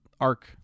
arc